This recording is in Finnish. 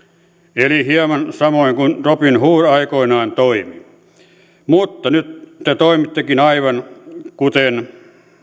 eli hieman samoin kuin robin hood aikoinaan toimi mutta nyt te toimittekin aivan kuten